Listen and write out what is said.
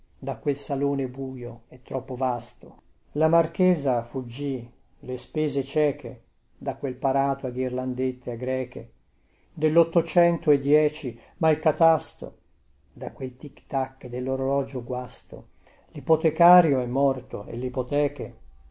da quel salone buio e troppo vasto la marchesa fuggì le spese cieche da quel parato a ghirlandette a greche dellottocento e dieci ma il catasto da quel tic-tac dellorologio guasto lipotecario è morto e lipoteche